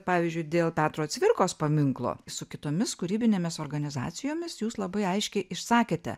pavyzdžiui dėl petro cvirkos paminklo su kitomis kūrybinėmis organizacijomis jūs labai aiškiai išsakėte